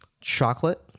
Chocolate